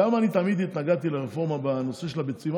למה אני תמיד התנגדתי לרפורמה בנושא הביצים?